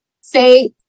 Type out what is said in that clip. say